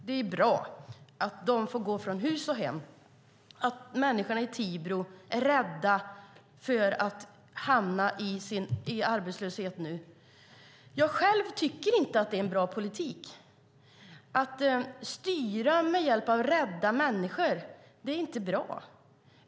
Det är bra att de får gå från hus och hem, att människorna i Tibro är rädda för att hamna i arbetslöshet nu. Jag själv tycker inte att det är en bra politik. Att styra med hjälp av rädda människor är inte bra.